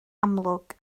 amlwg